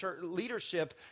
Leadership